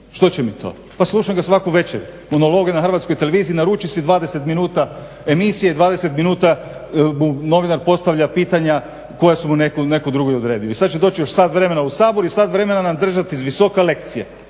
Što će mi to? pa slušam ga svaku večer. Monolog je na Hrvatskoj televiziji naruči si 20 minuta emisije 20 minuta mu novinar postavlja pitanja koja su mu neki drugi odredili. I sada će doći još sat vremena u Sabor i sat vremena nam držati s visoka lekcije